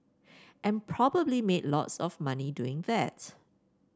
and probably made lots of money doing that